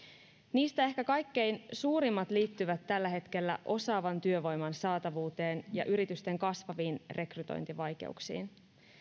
niistä ehkä kaikkein suurimmat liittyvät tällä hetkellä osaavan työvoiman saatavuuteen ja yritysten kasvaviin rekrytointivaikeuksiin